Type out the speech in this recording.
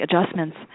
adjustments